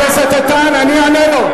חבר הכנסת איתן, תן לי, אני אענה לו.